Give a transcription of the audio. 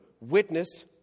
witness